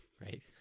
right